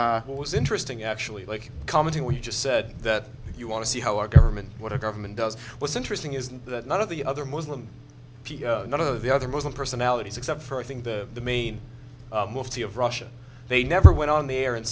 what was interesting actually like commenting what you just said that you want to see how our government what a government does what's interesting is that none of the other muslim none of the other muslim personalities except for i think the main of the of russia they never went on the air and